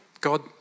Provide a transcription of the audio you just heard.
God